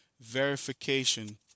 verification